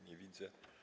Nie widzę.